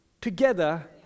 together